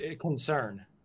concern